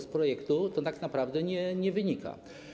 Z projektu to tak naprawdę nie wynika.